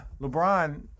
LeBron